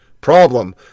Problem